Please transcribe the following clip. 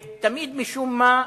תמיד, משום מה,